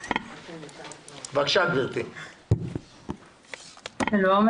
והם נאמרים בהקשר לסוגיה של מבקשי המקלט והפליטים ששוהים